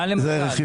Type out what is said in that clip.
מה למשל?